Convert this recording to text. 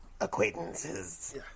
Acquaintances